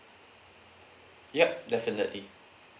yup definitely